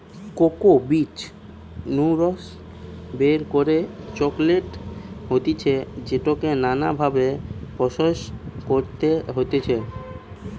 cocoa বীজ নু রস বের করে চকলেট হতিছে যেটাকে নানা ভাবে প্রসেস করতে হতিছে